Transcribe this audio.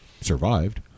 survived